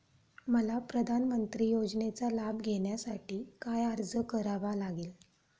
मला प्रधानमंत्री योजनेचा लाभ घेण्यासाठी काय अर्ज करावा लागेल?